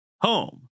home